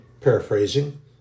paraphrasing